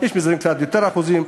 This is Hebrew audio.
יש משרדים עם קצת יותר אחוזים,